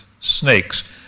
snakes